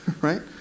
right